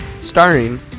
starring